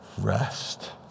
rest